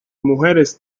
mujeres